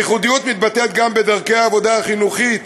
הייחודיות מתבטאת גם בדרכי העבודה החינוכית,